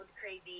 crazy